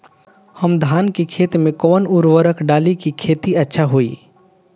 हम धान के खेत में कवन उर्वरक डाली कि खेती अच्छा होई?